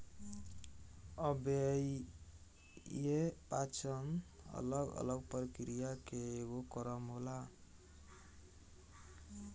अव्ययीय पाचन अलग अलग प्रक्रिया के एगो क्रम होला